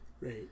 Right